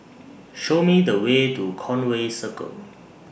Show Me The Way to Conway Circle